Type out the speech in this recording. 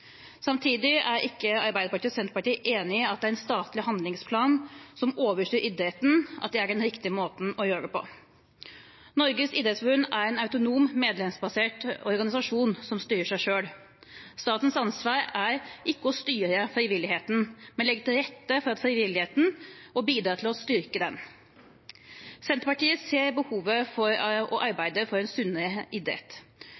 Samtidig er ikke Arbeiderpartiet og Senterpartiet enig i at en statlig handlingsplan som overstyrer idretten, er den riktige måten å gjøre det på. Norges idrettsforbund er en autonom medlemsbasert organisasjon som styrer seg selv. Statens ansvar er ikke å styre frivilligheten, men å legge til rette for frivilligheten og bidra til å styrke den. Senterpartiet ser behovet for å